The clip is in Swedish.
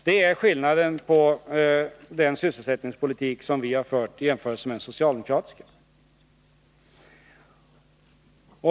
Det är skillnaden mellan den sysselsättningspolitik som vi har fört och den socialdemsokratiska.